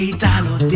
Italo